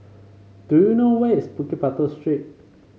do you know where is Bukit Batok Street